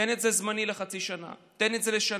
תן את זה זמנית, לחצי שנה, תן את זה לשנה.